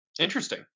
Interesting